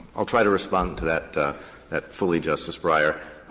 i'll try to respond to that that fully, justice breyer.